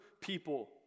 people